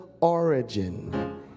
origin